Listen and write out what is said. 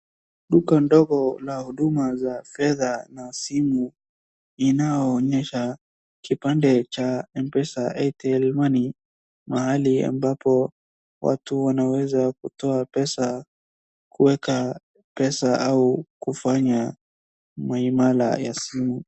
Duka ndogo la huduma za fedha na simu inaonyesha kipande cha Mpesa Airtel money , mahali ambapo watu wanaweza kutoa pesa, kuweka pesa au kufanya mahimala ya simu.